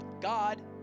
God